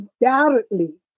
undoubtedly